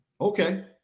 okay